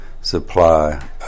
supply